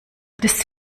des